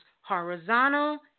horizontal